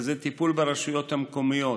מרכזי טיפול ברשויות המקומיות